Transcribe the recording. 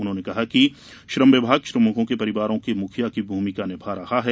उन्होंने कहा कि श्रम विभाग श्रमिकों के परिवारों के मुखिया की भूमिका निभा रहा है